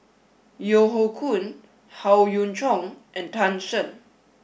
Yeo Hoe Koon Howe Yoon Chong and Tan Shen